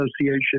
association